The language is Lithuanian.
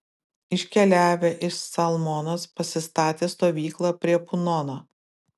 iškeliavę iš calmonos pasistatė stovyklą prie punono